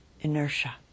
inertia